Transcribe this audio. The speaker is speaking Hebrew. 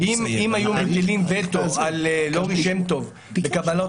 אם היו מטילים וטו על לורי שם טוב בקבלת